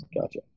Gotcha